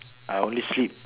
I only sleep